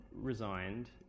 resigned